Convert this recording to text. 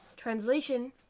Translation